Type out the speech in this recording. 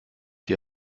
die